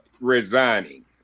resigning